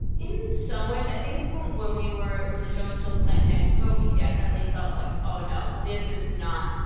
in some ways. i think when when we were when the show was still set in mexico, we definitely felt like, oh, no. this is not,